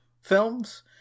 films